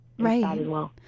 Right